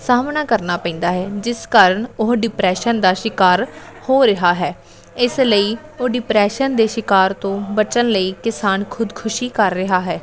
ਸਾਹਮਣਾ ਕਰਨਾ ਪੈਂਦਾ ਹੈ ਜਿਸ ਕਾਰਨ ਉਹ ਡਿਪਰੈਸ਼ਨ ਦਾ ਸ਼ਿਕਾਰ ਹੋ ਰਿਹਾ ਹੈ ਇਸ ਲਈ ਉਹ ਡਿਪਰੈਸ਼ਨ ਦੇ ਸ਼ਿਕਾਰ ਤੋਂ ਬਚਣ ਲਈ ਕਿਸਾਨ ਖੁਦਕੁਸ਼ੀ ਕਰ ਰਿਹਾ ਹੈ